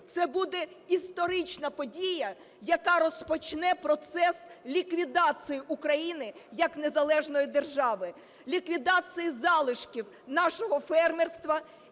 це буде історична подія, яка розпочне процес ліквідації України як незалежної держави, ліквідації залишків нашого фермерства